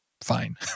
fine